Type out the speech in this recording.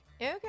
Okay